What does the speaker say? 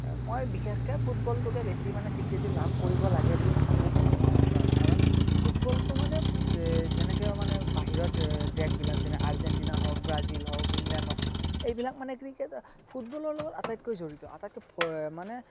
মই বিশেষকৈ ফুটবলটোকে বেছি মানে স্বীকৃতি লাভ কৰিব লাগে বুলি ভাবোঁ বৰ্তমান সময়ত কাৰণ ফুটবলটো মানে যেনেকৈ মানে বাহিৰত দেশবিলাক যেনে আৰ্জেণ্টিনা হওক ব্ৰাজিল হওক ইংলেণ্ড হওক এইবিলাক মানে ফুটবলৰ লগত আটাইতকৈ জড়িত আটাইতকৈ মানে